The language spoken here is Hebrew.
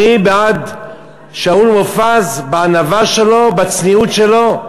אני בעד שאול מופז, בענווה שלו, בצניעות שלו,